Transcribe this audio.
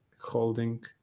holding